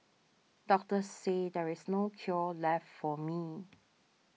doctors said there is no cure left for me